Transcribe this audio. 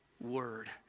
word